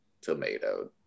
tomato